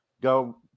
go